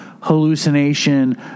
Hallucination